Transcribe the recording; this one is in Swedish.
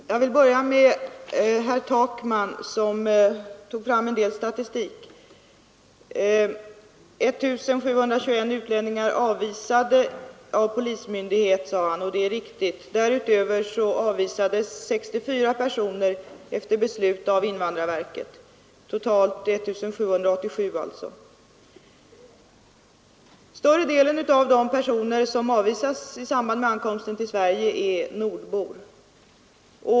Herr talman! Jag vill börja med herr Takman, som tog fram en del statistik. 1 723 utlänningar har avvisats av polismyndighet, sade han. Det är riktigt. Därutöver har 64 personer avvisats efter beslut av invandrarverket, totalt alltså 1 787 personer. Större delen av dem som avvisas vid ankomsten till Sverige är nordbor.